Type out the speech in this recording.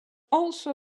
also